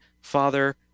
Father